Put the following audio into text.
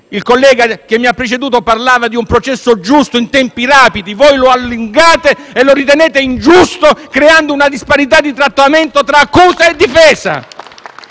Il collega che mi ha preceduto parlava di un processo giusto in tempi rapidi, voi lo allungate e lo ritenete ingiusto, creando una disparità di trattamento tra accusa e difesa!